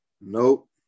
nope